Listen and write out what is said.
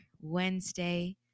wednesday